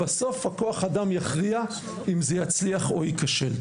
בסוף הכוח אדם יכריע אם זה יצליח או ייכשל.